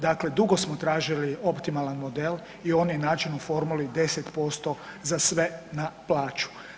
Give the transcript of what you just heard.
Dakle, dugo smo tražili optimalan model i on je nađen u formuli 10% za sve na plaću.